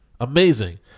Amazing